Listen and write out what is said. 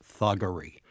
thuggery